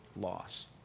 loss